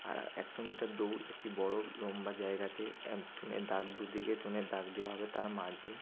আর একশো মিটার দৌড় একটি বড় লম্বা জায়গাতে এক চুনের দাগ দুদিকে চুনের দাগ দেওয়া হবে তার মাঝে